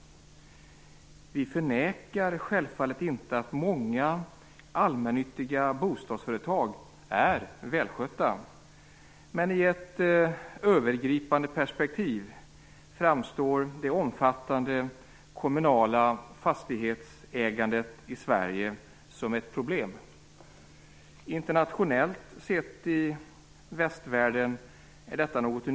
Vi förnekar självfallet inte att många allmännyttiga bostadsföretag är välskötta, men i ett övergripande perspektiv framstår det omfattande kommunala fastighetsägandet i Sverige som ett problem. Detta är något unikt internationellt sett i västvärlden.